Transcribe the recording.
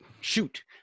shoot